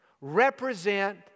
represent